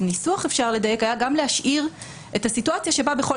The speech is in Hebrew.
הניסוח אפשר לדייק היה גם להשאיר את הסיטואציה בה בכל